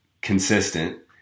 consistent